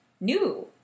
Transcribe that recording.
new